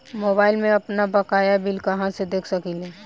Mobile में आपनबकाया bill कहाँसे देख सकिले?